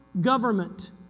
government